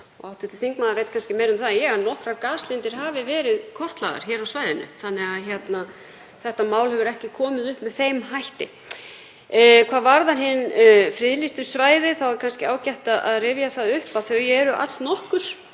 og hv. þingmaður veit kannski meira um það en ég, að nokkrar gaslindir hafi verið kortlagðar hér á svæðinu þannig að þetta mál hefur ekki komið upp með þeim hætti. Hvað varðar hin friðlýstu svæði er kannski ágætt að rifja það upp að þau eru allnokkur